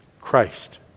Christ